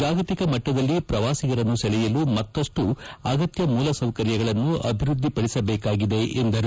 ಜಾಗತಿಕ ಮಟ್ಟದಲ್ಲಿ ಪ್ರವಾಸಿಗರನ್ನು ಸೆಳೆಯಲು ಮತ್ತಷ್ಟು ಆಗತ್ಯ ಮೂಲ ಸೌಕರ್ಯಗಳನ್ನು ಆಭಿವೃದ್ಧಿಪಡಿಸಬೇಕಾಗಿದೆ ಎಂದರು